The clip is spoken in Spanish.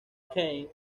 kane